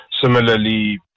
Similarly